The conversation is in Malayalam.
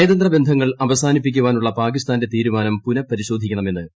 നയതന്ത്ര ബന്ധങ്ങൾ അവസാനിപ്പിക്കാനുള്ള പാകിസ്ഥാന്റെ തീരുമാനം പുനഃപ്തീശോധിക്കണമെന്ന് ഇന്ത്യ